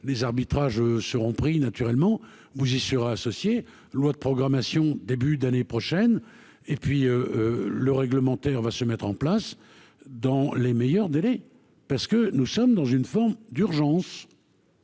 les arbitrages seront pris naturellement vous y sera associé, loi de programmation début d'année prochaine, et puis le réglementaire va se mettre en place dans les meilleurs délais, parce que nous sommes dans une forme d'urgence.